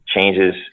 changes